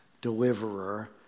deliverer